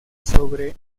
sobre